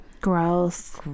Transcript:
Gross